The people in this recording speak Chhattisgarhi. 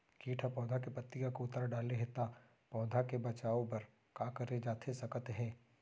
किट ह पौधा के पत्ती का कुतर डाले हे ता पौधा के बचाओ बर का करे जाथे सकत हे?